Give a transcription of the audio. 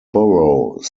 borough